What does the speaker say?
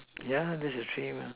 yeah lah that's the tray mah